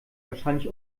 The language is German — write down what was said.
wahrscheinlich